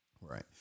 Right